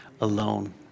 alone